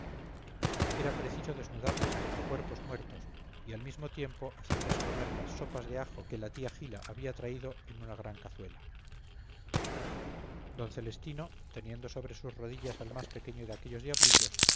era preciso desnudarles como a cuerpos muertos y al mismo tiempo hacerles comer las sopas de ajo que la tía gila había traído en una gran cazuela d celestino teniendo sobre sus rodillas al más pequeño de aquellos diablillos